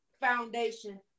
foundation